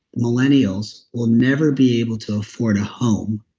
millennials will never be able to afford a home,